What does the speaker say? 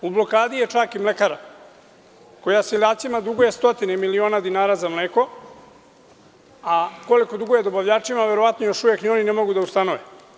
U blokadi je čak i „Mlekara“, koja seljacima duguje stotine miliona dinara za mleko, a koliko duguje dobavljačima, verovatno ni oni ne mogu da ustanove.